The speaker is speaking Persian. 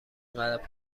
اینقدر